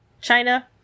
China